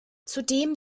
zudem